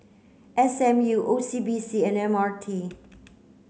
S M U O C B C and M R T